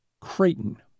Creighton